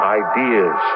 ideas